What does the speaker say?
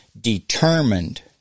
Determined